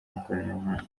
n’ikoranabuhanga